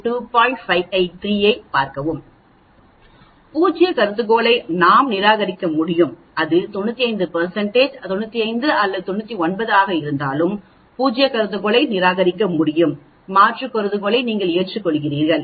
583 ஐப் பார்ப்போம் பூஜ்ய கருதுகோளை நாம் நிராகரிக்க முடியும் அது 95 அல்லது 99 ஆக இருந்தாலும் பூஜ்ய கருதுகோளை நிராகரிக்க முடியும் மாற்று கருதுகோளை நீங்கள் ஏற்றுக்கொள்கிறீர்கள்